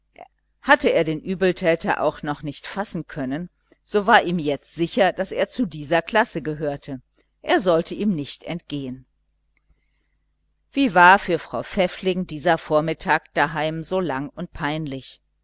hatte er den übeltäter auch noch nicht fassen können das war ihm jetzt sicher daß er zu dieser klasse gehörte und er sollte ihm nicht entgehen wie war für frau pfäffling dieser vormittag daheim so lang und so peinlich